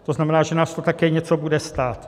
To znamená, že nás to také něco bude stát.